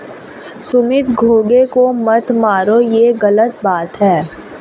सुमित घोंघे को मत मारो, ये गलत बात है